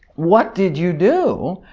what did you do?